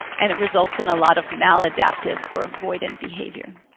and it results in a lot of maladaptive or avoidant behavior.